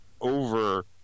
over